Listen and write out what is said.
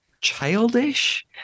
childish